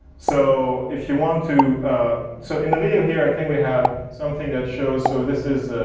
so, if you want to so in the video here, i think we have something that shows. so this is